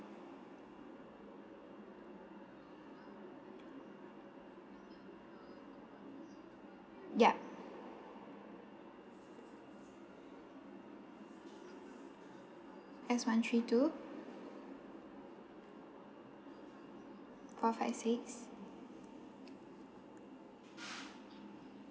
yup S one three two four five six